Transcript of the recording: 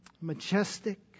majestic